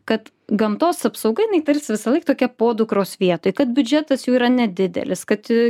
kad gamtos apsauga jinai tarsi visąlaik tokia podukros vietoj kad biudžetas jų yra nedidelis kad